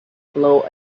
blow